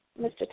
Mr